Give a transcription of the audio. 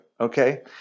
okay